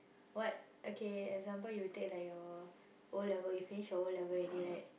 what okay example you take like your O-level you finish your O-level already right